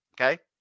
Okay